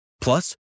Plus